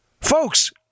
Folks